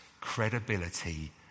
credibility